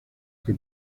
que